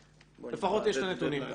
אבל לפחות יש את הנתונים.